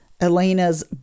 Elena's